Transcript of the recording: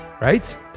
Right